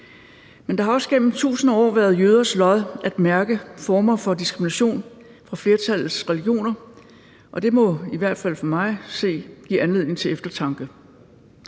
Men det har også gennem tusinder af år været jøders lod at mærke forskellige former for diskrimination fra flertallets religioner, og det må i hvert fald for mig at se give anledning til eftertanke.